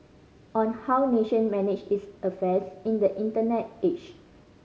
on how nation manage its affairs in the Internet age